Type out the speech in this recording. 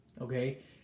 Okay